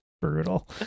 Brutal